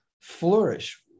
flourish